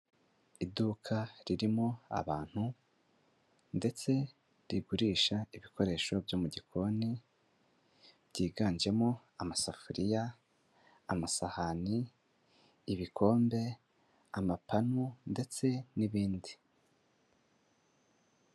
Iduka ririmo abantu ndetse rigurisha ibikoresho byo mu gikoni; byiganjemo amasafuriya, amasahani, ibikombe, amapanu ndetse n'ibindi.